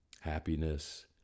happiness